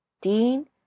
Dean